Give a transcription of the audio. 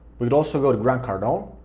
we could also go to grant cardone,